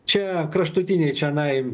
čia kraštutiniai čianai